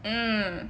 hmm